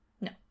No